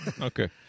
Okay